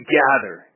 gather